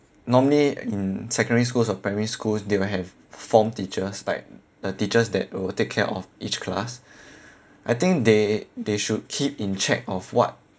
normally in secondary schools or primary schools they will have form teachers like the teachers that will take care of each class I think they they should keep in check of what